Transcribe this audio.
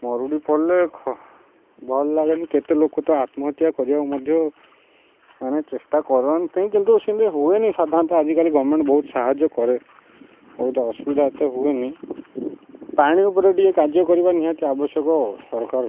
ମରୁଡ଼ି ପଡ଼ିଲେ ଭଲ ଲାଗେନି କେତେ ଲୋକ ତ ଆତ୍ମହତ୍ୟା କରିବାକୁ ମଧ୍ୟ ମାନେ ଚେଷ୍ଟା କରନ୍ତି କିନ୍ତୁ ସେମିତି ହୁଏନି ସାଧାରଣତଃ ଆଜିକାଲି ଗଭର୍ଣ୍ଣମେଣ୍ଟ୍ ବହୁତ ସାହାଯ୍ୟ କରେ ବହୁତ ଅସୁବିଧା ଏତେ ହୁଏନି ପାଣି ଉପରେ ଟିକେ କାର୍ଯ୍ୟ କରିବା ନିହାତି ଆବଶ୍ୟକ ସରକାର